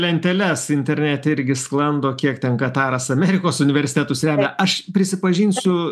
lenteles internete irgi sklando kiek ten kataras amerikos universitetus remia aš prisipažinsiu